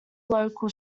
local